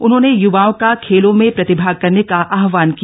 उन्होंने युवाओं का खेलों में प्रतिभाग करने का आह्वान किया